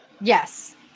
Yes